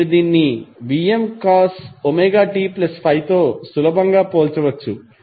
ఇప్పుడు మీరు దీన్ని Vmcos ωt∅ తో సులభంగా పోల్చవచ్చు